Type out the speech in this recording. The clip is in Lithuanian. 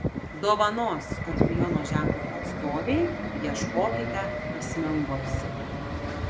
dovanos skorpiono ženklo atstovei ieškokite prasmingos